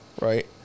right